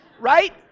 Right